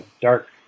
dark